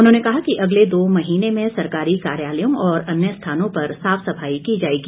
उन्होंने कहा कि अगले दो महीने में सरकारी कार्यालयों और अन्य स्थानों पर साफ सफाई की जाएगी